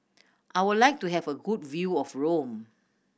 I would like to have a good view of Rome